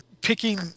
picking